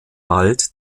wald